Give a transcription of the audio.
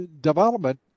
development